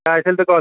काय असेल तर कॉल